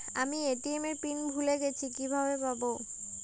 আমি এ.টি.এম এর পিন ভুলে গেছি কিভাবে পাবো?